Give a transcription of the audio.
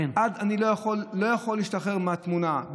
אני לא יכול להשתחרר מהתמונה.